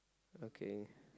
okay